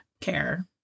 care